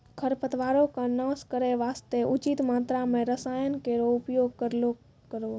खरपतवारो क नाश करै वास्ते उचित मात्रा म रसायन केरो प्रयोग करलो करो